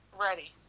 Ready